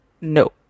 No